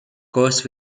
course